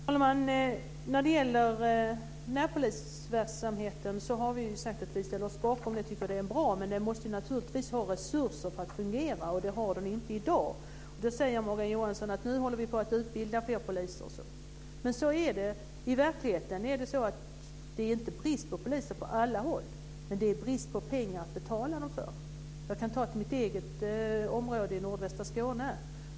Herr talman! Vi har sagt att vi ställer oss bakom närpolisverksamheten och att vi tycker att den är bra. Men den måste naturligtvis ha resurser för att fungera, och det har den inte i dag. Morgan Johansson säger: Nu håller vi på att utbilda fler poliser. Men i verkligheten är det inte brist på poliser på alla håll, utan det är brist på pengar att betala dem för. Jag kan ta mitt eget område i nordvästra Skåne.